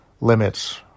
limits